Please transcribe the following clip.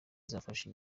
bizafata